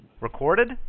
Recorded